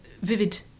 vivid